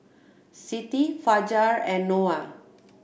Siti Fajar and Noah